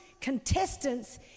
contestants